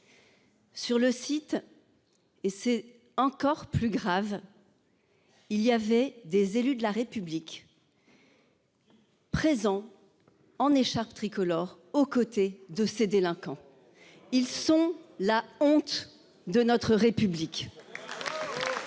Sur le site. Et c'est encore plus grave. Il y avait des élus de la République. Présent. En écharpe tricolore aux côtés de ces délinquants. Ils sont la honte de notre République. Le